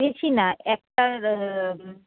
বেশি না একটার